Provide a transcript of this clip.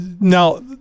now